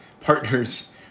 partners